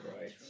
Right